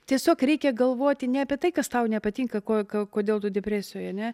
tiesiog reikia galvoti ne apie tai kas tau nepatinka ko kodėl tu depresijoj ane